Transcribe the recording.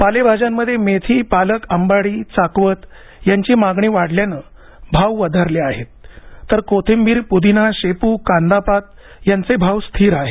पालेभाज्यांमध्ये मेथी पालक अंबाडी चाकवत यांची मागणी वाढल्याने भाव वधारले आहेत तर कोथिंबीर पुदिना शेपू कांदापात यांचे भाव स्थिर आहेत